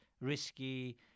risky